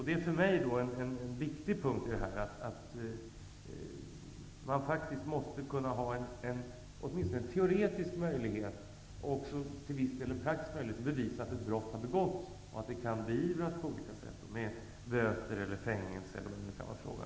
Det är för mig en viktig punkt, därför att det måste finnas åtminstone en teoretisk möjlighet, och till viss del en praktisk möjlighet, att bevisa att ett brott har begåtts och att det kan beivras, med böter, fängelse eller på annat sätt.